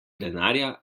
denarja